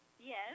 yes